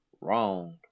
Wrong